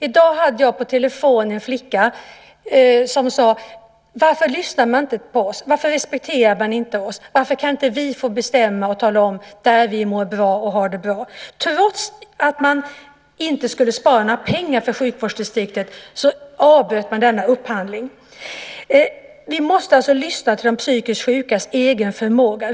I dag talade jag i telefon med en flicka som sade: Varför lyssnar man inte på oss? Varför respekterar man inte oss? Varför kan inte vi få bestämma och tala om var vi har det bra och mår väl? Trots att man därmed inte skulle spara några pengar i sjukvårdsdistriktet avbröt man denna upphandling. Vi måste lyssna på de psykiskt sjukas egna besked.